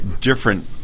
different